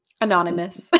anonymous